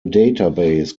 database